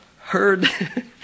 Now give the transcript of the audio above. heard